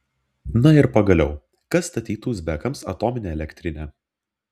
na ir pagaliau kas statytų uzbekams atominę elektrinę